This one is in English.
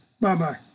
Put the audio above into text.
Bye-bye